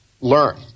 learn